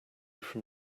from